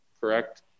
correct